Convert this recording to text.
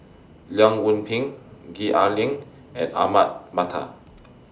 Leong Yoon Pin Gwee Ah Leng and Ahmad Mattar